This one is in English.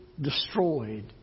destroyed